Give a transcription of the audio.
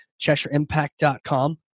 CheshireImpact.com